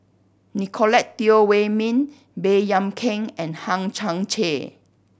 Nicolette Teo Wei Min Baey Yam Keng and Hang Chang Chieh